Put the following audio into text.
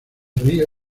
río